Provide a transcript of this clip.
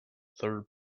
third